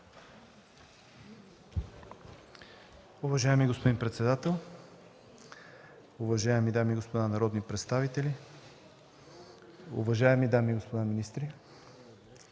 Уважаеми господин председател, уважаеми дами и господа народни представители! Уважаеми господин